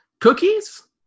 cookies